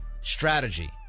strategy